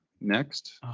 next